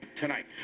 tonight